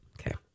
Okay